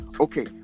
Okay